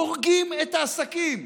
הורגים את העסקים,